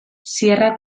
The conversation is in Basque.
sierra